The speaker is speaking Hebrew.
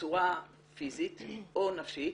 בצורה פיזית או נפשית,